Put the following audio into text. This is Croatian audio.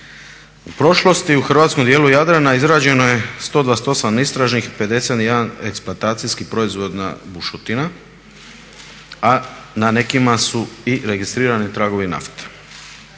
U prošlosti u hrvatskom dijelu Jadrana izrađeno je 128 istražnih i 51 eksploatacijska proizvodna bušotina, a na nekima su i registrirani tragovi nafte.